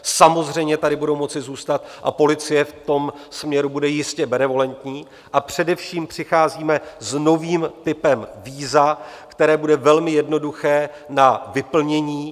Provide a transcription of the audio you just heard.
Samozřejmě tady budou moci zůstat a policie v tom směru bude jistě benevolentní, a především přicházíme s novým typem víza, které bude velmi jednoduché na vyplnění.